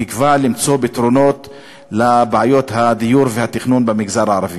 בתקווה למצוא פתרונות לבעיות הדיור והתכנון במגזר הערבי.